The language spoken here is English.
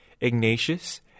Ignatius